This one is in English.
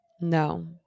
No